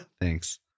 Thanks